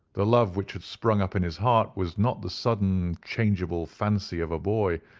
the love which had sprung up in his heart was not the sudden, changeable fancy of a boy,